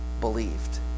believed